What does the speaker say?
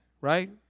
right